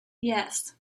yes